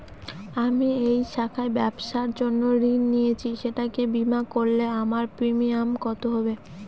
আমি এই শাখায় ব্যবসার জন্য ঋণ নিয়েছি সেটাকে বিমা করলে আমার প্রিমিয়াম কত হবে?